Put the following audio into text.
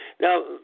Now